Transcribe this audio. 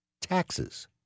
taxes